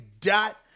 Dot